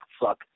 fuck